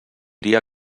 dia